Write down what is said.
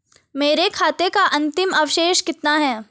मेरे खाते का अंतिम अवशेष कितना है?